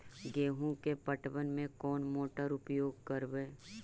गेंहू के पटवन में कौन मोटर उपयोग करवय?